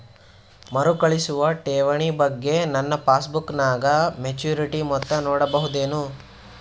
ಮರುಕಳಿಸುವ ಠೇವಣಿ ಬಗ್ಗೆ ನನ್ನ ಪಾಸ್ಬುಕ್ ನಾಗ ಮೆಚ್ಯೂರಿಟಿ ಮೊತ್ತ ನೋಡಬಹುದೆನು?